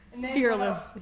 Fearless